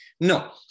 No